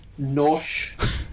Nosh